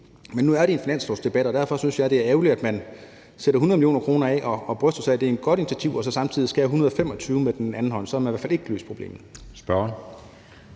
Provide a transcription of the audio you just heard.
men nu er det en finanslovsdebat, og derfor synes jeg, det er ærgerligt, at man sætter 100 mio. kr. af og bryster sig af, at det er et godt initiativ, og samtidig skærer 125 mio. kr. af med den anden hånd, for så har man i hvert fald ikke løst problemet.